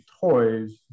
toys